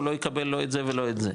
הוא לא יקבל לא את זה ולא את זה,